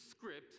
script